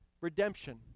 Redemption